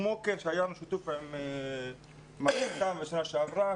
בשנה שעברה